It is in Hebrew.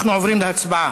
אנחנו עוברים להצבעה.